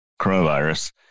coronavirus